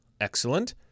excellent